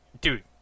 dude